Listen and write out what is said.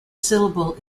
syllable